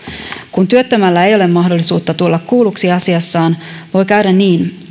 kun työttömällä ei ole mahdollisuutta tulla kuulluksi asiassaan voi käydä niin